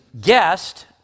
guest